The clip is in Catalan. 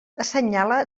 assenyala